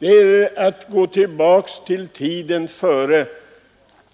Det är att gå tillbaka till tiden före